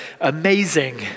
amazing